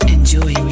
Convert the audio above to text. Enjoy